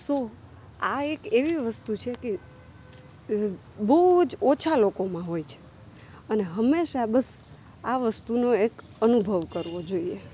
સો આ એક એવી વસ્તુ છે કે બહુ જ ઓછા લોકોમાં હોય છે અને હંમેશા બસ આ વસ્તુનો એક અનુભવ કરવો જોઈએ